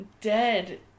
Dead